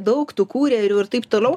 daug tų kurjerių ir taip toliau